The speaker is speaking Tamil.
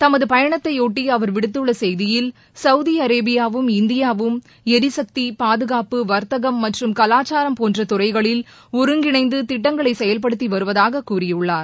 தமது பயணத்தைபொட்டி அவர் விடுத்துள்ள செய்தியில் சவுதி அரேபியாவும் இந்தியாவும் எரிசக்தி பாதுகாப்பு வர்த்தகம் மற்றும் கலாச்சாரம் போன்ற துறைகளில் ஒருங்கிணைந்து திட்டங்களை செயல்படுத்தி வருவதாக கூறியுள்ளார்